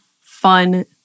fun